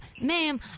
ma'am